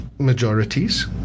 majorities